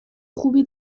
خوبی